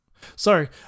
sorry